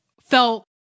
felt